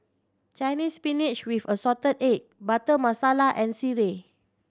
Chinese Spinach with assorted egg Butter Masala and sireh